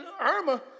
Irma